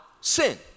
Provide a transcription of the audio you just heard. sin